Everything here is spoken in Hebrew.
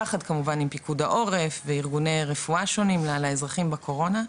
יחד כמובן עם פיקוד העורף וארגוני רפואה שונים לאזרחים בקורונה,